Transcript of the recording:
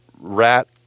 rat